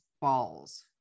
balls